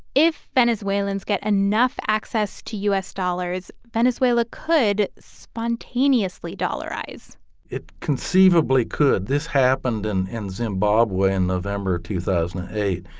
if venezuelans get enough access to u s. dollars, venezuela could spontaneously dollarize it conceivably could. this happened and in zimbabwe in november of two thousand and eight.